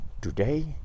today